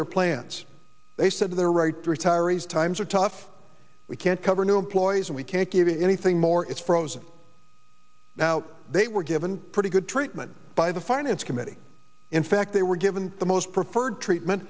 their plans they said their right to retirees times are tough we can't cover new employees and we can't give you anything more it's frozen now they were given pretty good treatment by the finance committee in fact they were given the most preferred treatment